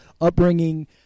upbringing